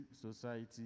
Society